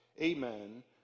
amen